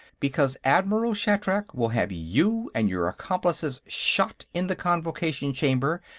because admiral shatrak will have you and your accomplices shot in the convocation chamber,